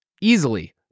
easily